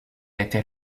était